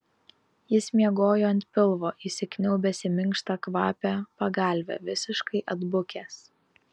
jis miegojo ant pilvo įsikniaubęs į minkštą kvapią pagalvę visiškai atbukęs